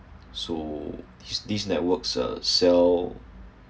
so is this networks uh sell